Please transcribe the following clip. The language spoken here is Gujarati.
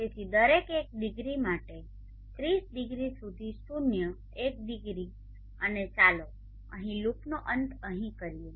તેથી દરેક એક ડિગ્રી માટે 30 ડિગ્રી સુધી શૂન્ય એક ડિગ્રી અને ચાલો અહીં લૂપનો અંત અહીં કરીએ